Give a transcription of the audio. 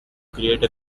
create